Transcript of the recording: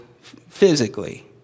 physically